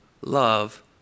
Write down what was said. love